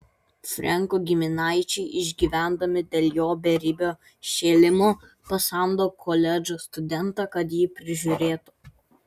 frenko giminaičiai išgyvendami dėl jo beribio šėlimo pasamdo koledžo studentą kad jį prižiūrėtų